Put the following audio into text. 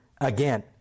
again